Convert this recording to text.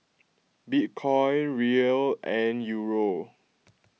Bitcoin Riel and Euro